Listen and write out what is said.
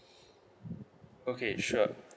okay sure